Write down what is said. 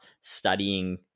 studying